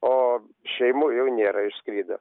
o šeimų jau nėra išskrido